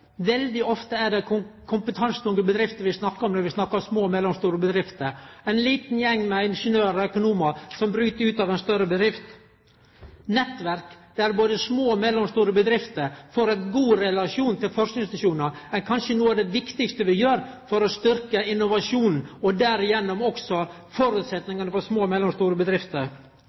Veldig ofte er det kompetansetunge bedrifter det dreier seg om når vi snakkar om små og mellomstore bedrifter. Ein liten gjeng med ingeniørar og økonomar som bryt ut av ei større bedrift, og nettverk der både små og mellomstore bedrifter får ein god relasjon til forskingsinstitusjonar, er kanskje noko av det viktigaste vi kan ha for å styrkje innovasjonen, og derigjennom også føresetnadene for små og mellomstore bedrifter.